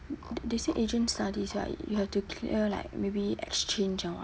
they say asian studies right you have to clear like maybe exchange or what